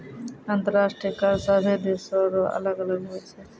अंतर्राष्ट्रीय कर सभे देसो रो अलग अलग हुवै छै